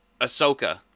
Ahsoka